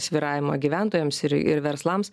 svyravimą gyventojams ir ir verslams